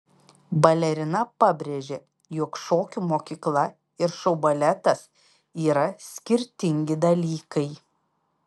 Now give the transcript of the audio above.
balerina pabrėžė jog šokių mokykla ir šou baletas yra skirtingi dalykai